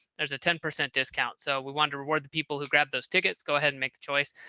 there's a ten percent discount. so we want to reward the people who grabbed those tickets, go ahead and make the choice.